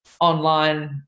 online